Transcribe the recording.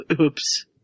Oops